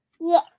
Yes